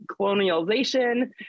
colonialization